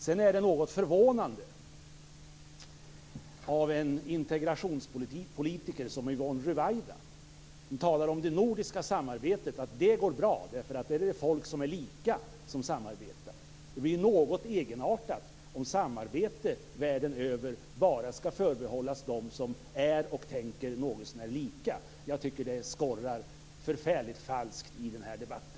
Det är något förvånande att en integrationspolitiker som Yvonne Ruwaida säger att det nordiska samarbetet går bra därför att folk som samarbetar där är lika. Det blir något egenartat om samarbete världen över bara skall förbehållas dem som är och tänker något så när lika. Det skorrar förfärligt falskt i den här debatten.